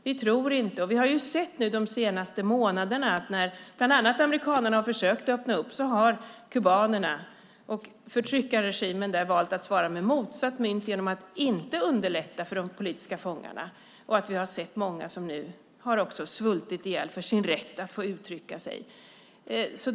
Vi har de senaste månaderna sett att när bland annat amerikanerna har försökt öppna upp så har förtryckarregimen på Kuba valt att svara med motsatt mynt genom att inte underlätta för de politiska fångarna. Vi har nu sett många svälta ihjäl för sin rätt att få uttrycka sig.